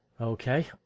Okay